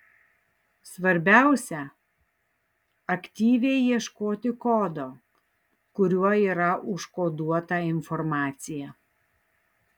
svarbiausia aktyviai ieškoti kodo kuriuo yra užkoduota informacija